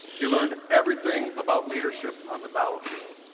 he learned everything about leadership on the battlefield.